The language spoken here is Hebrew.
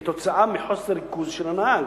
עקב חוסר ריכוז של הנהג